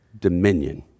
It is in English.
dominion